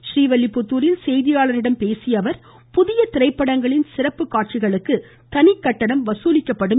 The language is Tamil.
றீவில்லிப்புத்தாரில் செய்தியாளரிடம் பேசியஅவர் புதிய திரைப்படங்களின் சிறப்பு காட்சிகளுக்கு தனி கட்டணம் வசூலிக்கப்படும் என்றார்